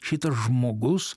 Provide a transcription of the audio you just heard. šitas žmogus